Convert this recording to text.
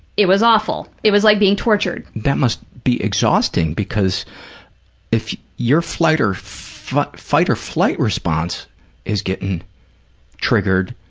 it was awful. it was like being tortured. that must be exhausting, because if your fight-or-flight fight-or-flight response is getting triggered,